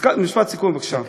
משפט סיכום, בבקשה.